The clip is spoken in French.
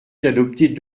d’adopter